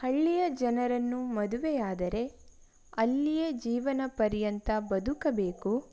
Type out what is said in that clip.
ಹಳ್ಳಿಯ ಜನರನ್ನು ಮದುವೆಯಾದರೆ ಅಲ್ಲಿಯೇ ಜೀವನಪರ್ಯಂತ ಬದುಕಬೇಕು